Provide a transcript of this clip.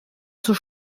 zur